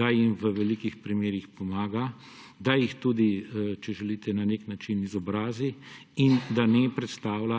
da jim v veliko primerih pomaga, da jih tudi, če želite, na nek način izobrazi in da ne predstavlja